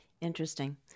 Interesting